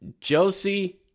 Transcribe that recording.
Josie